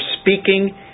speaking